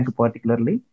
particularly